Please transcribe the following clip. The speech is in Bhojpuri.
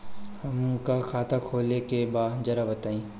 हमका खाता खोले के बा जरा बताई?